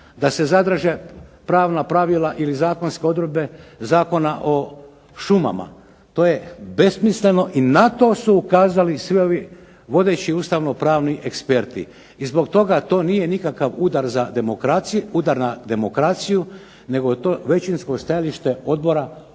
da se zadrže pravna pravila ili zakonske odredbe Zakona o šumama. To je besmisleno. I na to su ukazali sve ovi vodeći ustavno-pravni eksperti. I zbog toga to nije nikakav udar na demokraciju, nego je to većinsko stajalište odbora upravo